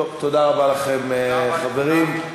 תודה רבה לכם, חברים.